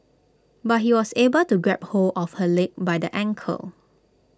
but he was able to grab hold of her leg by the ankle